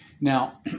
Now